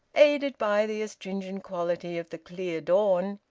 aided by the astringent quality of the clear dawn,